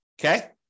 Okay